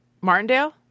Martindale